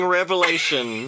revelation